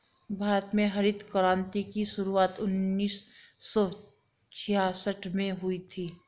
भारत में हरित क्रान्ति की शुरुआत उन्नीस सौ छियासठ में हुई थी